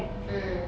mm